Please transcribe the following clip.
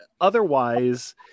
otherwise